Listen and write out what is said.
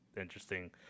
interesting